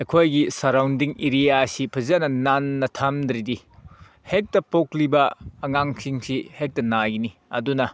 ꯑꯩꯈꯣꯏꯒꯤ ꯁꯔꯥꯎꯟꯗꯤꯡ ꯑꯦꯔꯤꯌꯥꯁꯤ ꯐꯖꯅ ꯅꯥꯟꯅ ꯊꯝꯗ꯭ꯔꯗꯤ ꯍꯦꯛꯇ ꯄꯣꯛꯂꯤꯕ ꯑꯉꯥꯡꯁꯤꯡꯁꯤ ꯍꯦꯛꯇ ꯅꯥꯒꯅꯤ ꯑꯗꯨꯅ